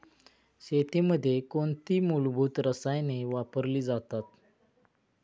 शेतीमध्ये कोणती मूलभूत रसायने वापरली जातात?